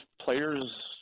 players